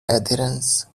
adherence